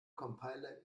compiler